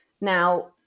now